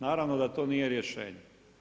Naravno da to nije rješenje.